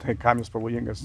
tai kam jis pavojingas